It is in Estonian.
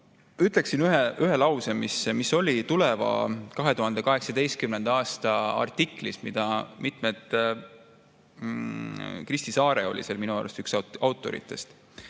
ütleksin ühe lause, mis oli Tuleva 2018. aasta artiklis. Kristi Saare oli seal minu arust üks autoritest.